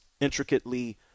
intricately